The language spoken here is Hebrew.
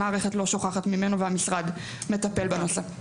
המערכת לא שוכחת ממנו והמשרד מטפל בנושא.